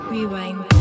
Rewind